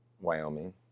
Wyoming